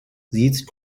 these